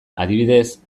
adibidez